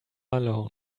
alone